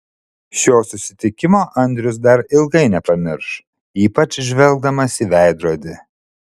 šio susitikimo andrius dar ilgai nepamirš ypač žvelgdamas į veidrodį